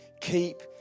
Keep